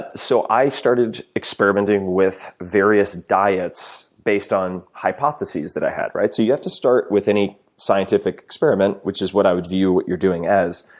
ah so i started experimenting with various diets based on hypotheses that i had, right. so you have to start with any scientific experiment, which is what i would view what you're doing as.